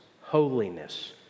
holiness